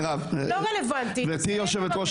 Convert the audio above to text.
גברתי יושבת ראש